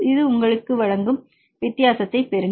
இது உங்களுக்கு வழங்கும் வித்தியாசத்தைப் பெறுங்கள்